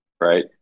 right